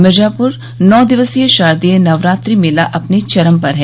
मिर्जापूर नौ दिवसीय शारदीय नवरात्रि मेला अपने चरम पर है